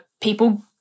people